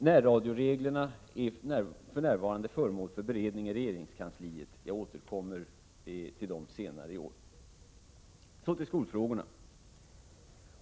Närradioreglerna är för närvarande föremål för beredning i regeringskansliet. Jag återkommer till dem senare i år. Så till skolfrågorna.